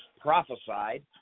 prophesied